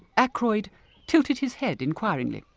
ackroyd tilted his head inquiringly.